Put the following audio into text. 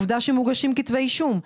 עובדה שמוגשים כתבי אישום,